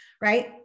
right